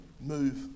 move